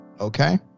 Okay